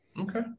Okay